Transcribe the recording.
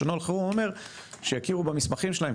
שנוהל חירום אומר שיכירו במסמכים שלהם,